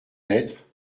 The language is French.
être